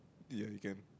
you you can